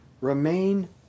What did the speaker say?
Remain